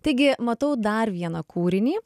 taigi matau dar vieną kūrinį